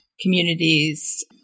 communities